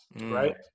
right